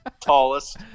Tallest